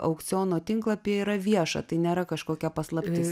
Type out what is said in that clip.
aukciono tinklapyje yra vieša tai nėra kažkokia paslaptis